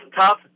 tough